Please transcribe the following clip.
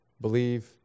believe